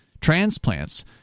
transplants